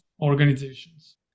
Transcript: organizations